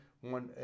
one